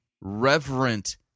reverent